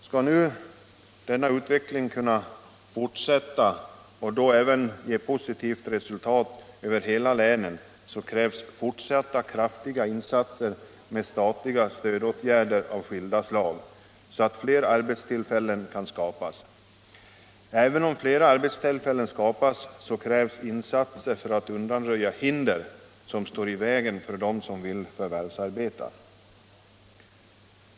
Skall denna utveckling kunna fortsätta och ge positivt resultat över hela länen, krävs emellertid ytterligare kraftiga insatser med statliga stödåtgärder av skilda slag, så att fler arbetstillfällen kan skapas. Men även om fler arbetstillfällen skapas fordras insatser för att undanröja hinder som står i vägen för dem som vill förvärvsarbeta.